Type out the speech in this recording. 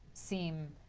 seem